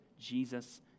Jesus